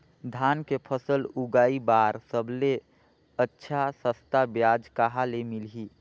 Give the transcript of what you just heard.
धान के फसल उगाई बार सबले अच्छा सस्ता ब्याज कहा ले मिलही?